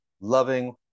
loving